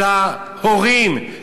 של ההורים,